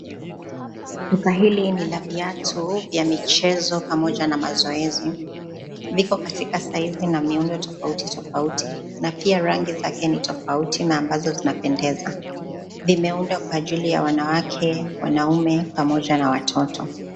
Duka hili nila viatu ya michezo pamoja na mazoezi. vipo katika saizi na miundo tofauti tofauti na pia rangi zake ni tofauti na ambazo zinapendeza. vimeundwa kwa ajili ya wanawake, wanaume, pamoja na watoto.